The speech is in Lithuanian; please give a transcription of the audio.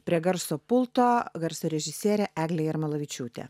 prie garso pulto garso režisierė eglė jarmalavičiūtė